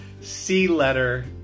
C-letter